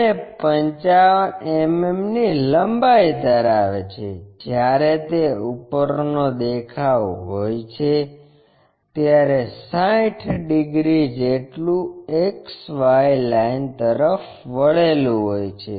અને 55 mm લંબાઇ ધરાવે છે જ્યારે તે ઉપર નો દેખાવ હોય છે ત્યારે 60 ડિગ્રી જેટલું XY લાઇન તરફ વળેલું હોય છે